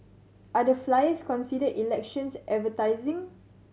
are the flyers considered elections advertising